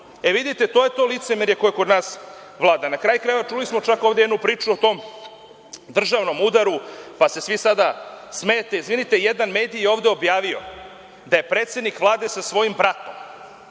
Vidite, to je to licemerje koje kod nas vlada. Na kraju krajeva, čuli smo jednu priču o tom državnom udaru, pa se svi sad smejete. Izvinite, jedan medij je ovde objavio da je predsednik Vlade sa svojim bratom